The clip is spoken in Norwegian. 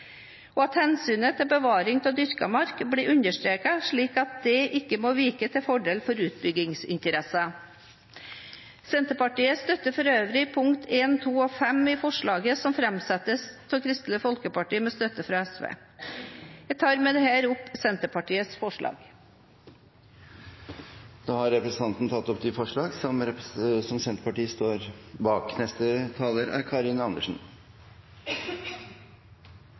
og at hensynet til bevaring av dyrket mark blir understreket, slik at det ikke må vike til fordel for utbyggingsinteresser. Senterpartiet støtter for øvrig forslagene nr. 1, 2 og 5 som framsettes av Kristelig Folkeparti med støtte fra SV. Jeg tar med dette opp Senterpartiets forslag. Representanten Heidi Greni har tatt opp det forslaget hun refererte til. Tusen takk til forslagsstilleren for veldig gode forslag og en viktig debatt. Det er